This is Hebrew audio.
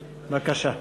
בבקשה.